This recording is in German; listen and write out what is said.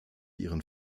ihren